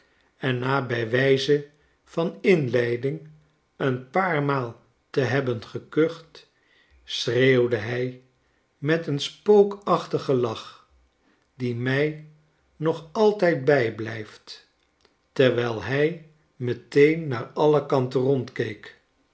verhaal enna bij wijze van inleiding een paar maal te hebben gekucht schreeuwde hij met een spookachtigen lach die mij nog altijd bijblijft terwijl hij meteen naar alle kanten